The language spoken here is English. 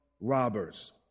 robbers